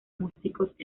músicos